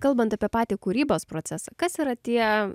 kalbant apie patį kūrybos procesą kas yra tie